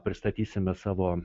pristatysime savo